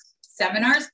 seminars